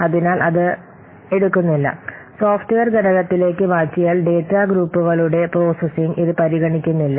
അതിനാൽ അത് എടുക്കുന്നില്ല സോഫ്റ്റ്വെയർ ഘടകത്തിലേക്ക് മാറ്റിയാൽ ഡാറ്റാ ഗ്രൂപ്പുകളുടെ പ്രോസസ്സിംഗ് ഇത് പരിഗണിക്കുന്നില്ല